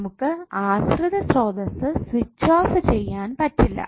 നമുക്ക് ആശ്രിത സ്രോതസ്സ് സ്വിച്ച് ഓഫ് ചെയ്യാൻ പറ്റില്ല